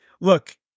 look